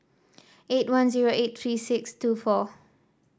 eight one zero eight three six two four